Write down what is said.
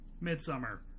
Midsummer